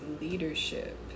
leadership